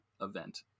event